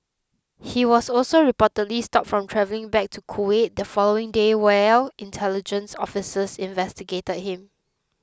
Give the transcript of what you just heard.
he was also reportedly stopped from travelling back to Kuwait the following day while intelligence officers investigated him